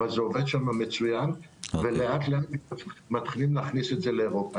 אבל זה עובד שם מצוין ולאט לאט מתחילים להכניס את זה לאירופה.